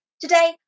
Today